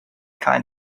kind